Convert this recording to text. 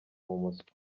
umuswa